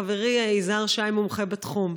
חברי יזהר שי מומחה בתחום.